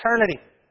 eternity